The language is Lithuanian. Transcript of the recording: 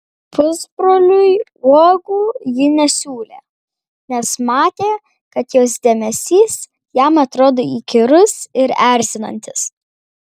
pusbroliui uogų ji nesiūlė nes matė kad jos dėmesys jam atrodo įkyrus ir erzinantis